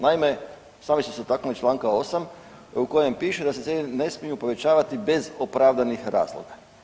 Naime, sami ste se dotaknuli čl. 8. u kojem piše da se cijene ne smiju povećavati bez opravdanih razloga.